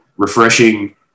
refreshing